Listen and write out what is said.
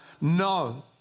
No